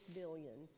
billion